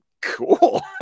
cool